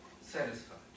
satisfied